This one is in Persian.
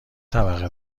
طبقه